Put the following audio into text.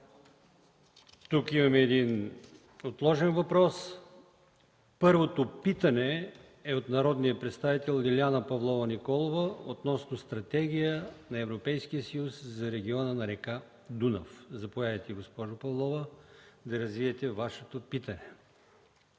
Тук имаме един отложен въпрос. Първото питане е от народния представител Лиляна Павлова Николова относно стратегия на Европейския съюз за региона на река Дунав. Заповядайте, госпожо Павлова, за да развиете Вашето питане.